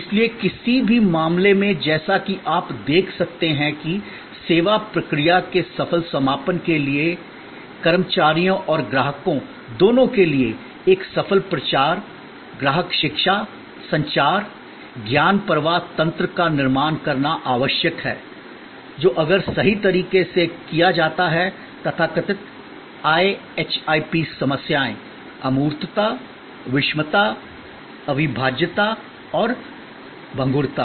इसलिए किसी भी मामले में जैसा कि आप देख सकते हैं कि सेवा प्रक्रिया के सफल समापन के लिए कर्मचारियों और ग्राहकों दोनों के लिए एक सफल प्रचार ग्राहक शिक्षा संचार ज्ञान प्रवाह तंत्र का निर्माण करना आवश्यक है जो अगर सही तरीके से किया जाता है तथाकथित IHIP समस्याएं अमूर्तता विषमता अविभाज्यता और भंगुरता